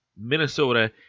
Minnesota